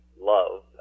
love